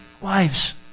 Wives